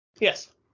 Yes